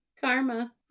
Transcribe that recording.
Karma